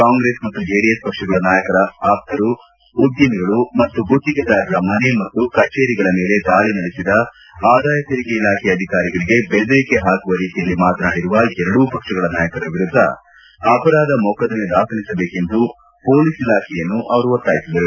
ಕಾಂಗ್ರೆಸ್ ಮತ್ತು ಜೆಡಿಎಸ್ ಪಕ್ಷಗಳ ನಾಯಕರ ಆಪ್ತರು ಉದ್ದಮಿಗಳು ಮತ್ತು ಗುತ್ತಿಗೆದಾರರ ಮನೆ ಮತ್ತು ಕಚೇರಿಗಳ ಮೇಲೆ ದಾಳಿ ನಡೆಸಿದ ಆದಾಯ ತೆರಿಗೆ ಇಲಾಖೆ ಅಧಿಕಾರಿಗಳಿಗೆ ಬೆದರಿಕೆ ಪಾಕುವ ರೀತಿಯಲ್ಲಿ ಮಾತನಾಡಿರುವ ಎರಡೂ ಪಕ್ಷಗಳ ನಾಯಕರ ವಿರುದ್ಧ ಅಪರಾಧ ಮೊಕದ್ದಮೆ ದಾಖಲಿಸಬೇಕೆಂದು ಮೊಲೀಸ್ ಇಲಾಖೆಯನ್ನು ಅವರು ಒತ್ತಾಯಿಸಿದರು